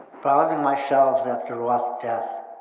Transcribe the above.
browsing my shelves after roth's death,